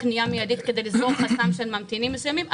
קנייה מידית כדי לסגור חסם של ממתינים מסוימים,